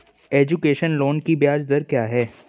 Education loan की ब्याज दर क्या है?